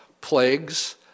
plagues